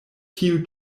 tiu